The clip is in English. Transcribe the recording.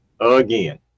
Again